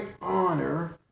honor